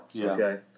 okay